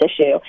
issue